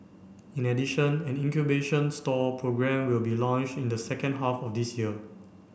in addition an incubation stall programme will be launched in the second half of this year